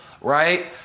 right